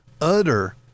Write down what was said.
utter